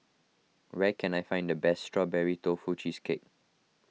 where can I find the best Strawberry Tofu Cheesecake